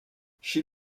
chez